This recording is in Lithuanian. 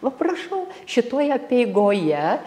va prašau šitoj apeigoje